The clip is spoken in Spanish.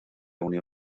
unión